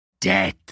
Death